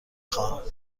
خواهم